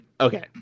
okay